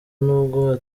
nubwo